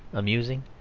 amusing,